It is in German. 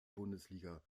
bundesliga